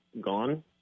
gone